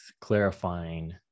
clarifying